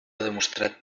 demostrat